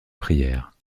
prière